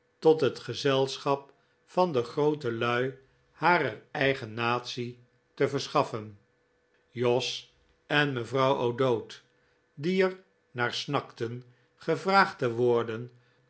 tot het gezelschap van de groote lui harer eigen natie te verschaffen jos en mevrouw o'dowd die er naar snakten gevraagd te worden